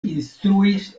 instruis